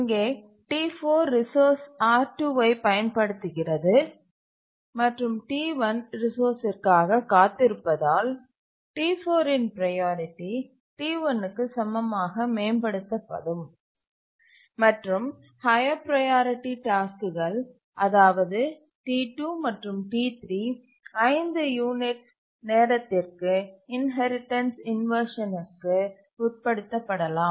இங்கே T4 resource R2ஐப் பயன்படுத்துகிறது மற்றும் T1 ரிசோர்ஸ்சிற்காக காத்திருப்பதால் T4இன் ப்ரையாரிட்டி T1க்கு சமமாக மேம்படுத்தப்படும் மற்றும் ஹய்யர் ப்ரையாரிட்டி டாஸ்க்குகள் அதாவது T2 மற்றும் T3 5 யூனிட்ஸ் நேரத்திற்கு இன்ஹெரிடன்ஸ் இன்வர்ஷனிற்கு உட்படுத்தப்படலாம்